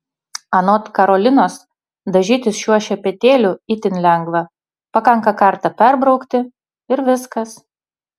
anot karolinos dažytis šiuo šepetėliu itin lengva pakanka kartą perbraukti ir viskas